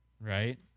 right